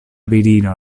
virino